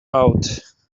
out